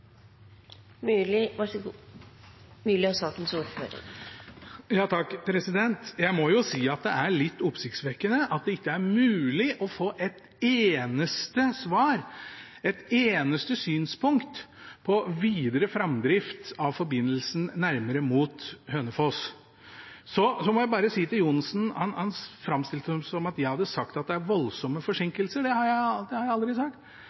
litt oppsiktsvekkende at det ikke er mulig å få et eneste svar, et eneste synspunkt, på videre framdrift av forbindelsen nærmere mot Hønefoss. Så må jeg bare si til representanten Johnsen, som framstilte det som om jeg hadde sagt at det er voldsomme forsinkelser, at det har jeg aldri sagt.